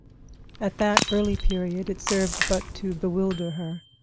at that early period it served but to bewilder her.